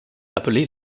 appelé